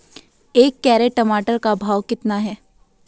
एक कैरेट टमाटर का भाव कितना है?